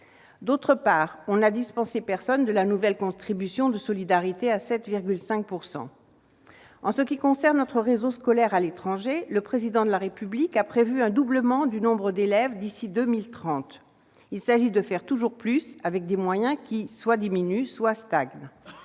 outre, on n'a dispensé personne de la nouvelle contribution de solidarité de 7,5 %. En ce qui concerne notre réseau scolaire à l'étranger, le Président de la République a prévu le doublement du nombre d'élèves d'ici à 2030. Il s'agit de faire toujours plus avec des moyens qui soit diminuent, soit stagnent.